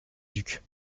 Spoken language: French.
duc